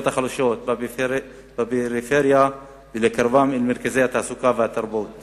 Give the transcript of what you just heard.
החלשות בפריפריה ולקרבן אל מרכזי התעסוקה והתרבות